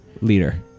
Leader